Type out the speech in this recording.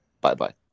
Bye-bye